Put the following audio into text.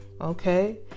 Okay